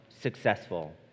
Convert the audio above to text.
successful